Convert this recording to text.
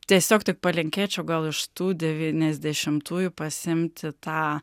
tiesiog tik palinkėčiau gal iš tų devyniasdešimtųjų pasiimti tą